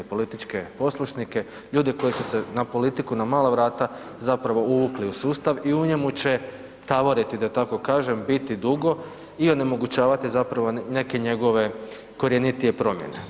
Političke poslušnike, ljude koji su se na politiku na mala vrata zapravo uvukli u sustav i u njemu će taboriti da tako kažem biti dugo i onemogućavati zapravo neke njegove korjenitije promjene.